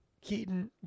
Keaton